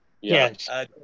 Yes